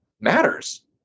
matters